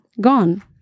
gone